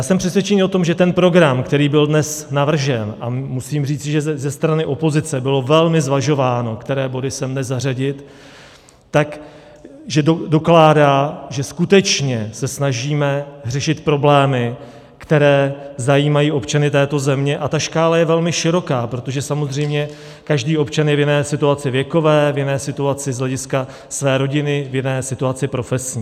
Jsem přesvědčen o tom, že program, který byl dnes navržen a musím říci, že ze strany opozice bylo velmi zvažováno, které body sem dnes zařadit , dokládá, že skutečně se snažíme řešit problémy, které zajímají občany této země, a ta škála je velmi široká, protože samozřejmě každý občan je v jiné situaci věkové, v jiné situaci z hlediska své rodiny, v jiné situaci profesní.